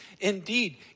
Indeed